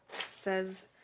says